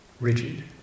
rigid